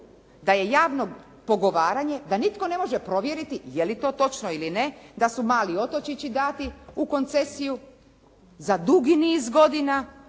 da je javno pogovaranje, da nitko ne može provjeriti je li to točno ili ne, da su mali otočići dati u koncesiju za dugi niz godinu